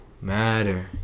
matter